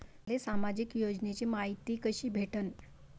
मले सामाजिक योजनेची मायती कशी भेटन?